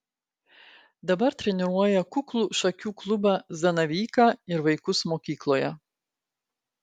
dabar treniruoja kuklų šakių klubą zanavyką ir vaikus mokykloje